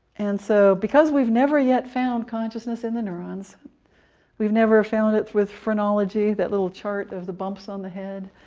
and so because we've never yet found consciousness in the neurons we've never found it with phrenology that little chart of the bumps on the head.